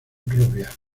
rubia